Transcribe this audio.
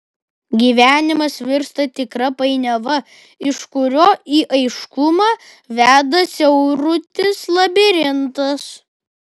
gyvenimas virsta tikra painiava iš kurio į aiškumą veda siaurutis labirintas